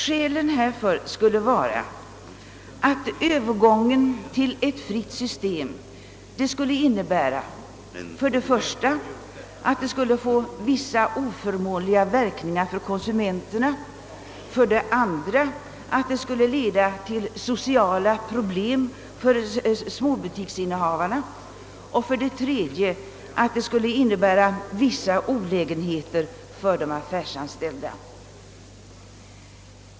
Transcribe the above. Skälen härför skulle vara att en Öövergång till ett friare system skulle för det första få vissa oförmånliga verkningar för konsumenterna, för det andra leda till sociala problem för småbutiksinne havarna och för det tredje medföra vissa olägenheter för de affärsanställda.